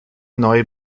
neue